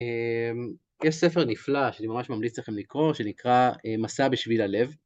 אהם, יש ספר נפלא שאני ממש ממליץ לכם לקרוא, שנקרא מסע בשביל הלב.